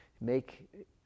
make